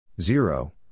zero